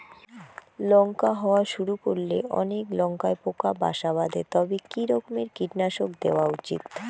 লঙ্কা হওয়া শুরু করলে অনেক লঙ্কায় পোকা বাসা বাঁধে তবে কি রকমের কীটনাশক দেওয়া উচিৎ?